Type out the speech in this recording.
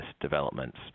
developments